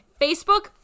Facebook